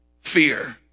fear